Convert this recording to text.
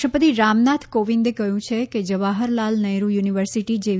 રાષ્ટ્રપતિ રામનાથ કોવિંદે કહ્યું છે કે જવાહરલાલ નહેરૂ યુનિવર્સિટી જેવી